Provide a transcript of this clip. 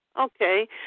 Okay